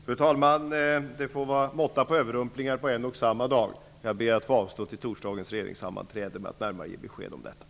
Fru talman! Det får vara någon måtta på överrumplingarna på en och samma dag. Jag ber att få avstå till efter torsdagens regeringssammanträde med att ge närmare besked om detta.